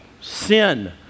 sin